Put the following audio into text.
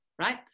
right